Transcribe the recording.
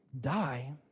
die